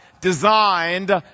designed